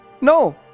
no